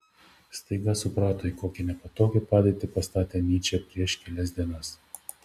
staiga suprato į kokią nepatogią padėtį pastatė nyčę prieš kelias dienas